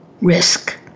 risk